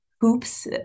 hoops